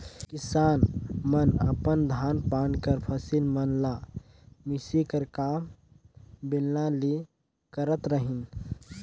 किसान मन अपन धान पान कर फसिल मन ल मिसे कर काम बेलना ले करत रहिन